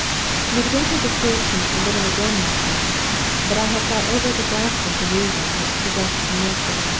midwinter disturbed me a little again last night but i have got over the ghastly delusion which possessed me yesterday.